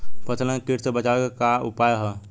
फसलन के कीट से बचावे क का उपाय है?